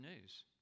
news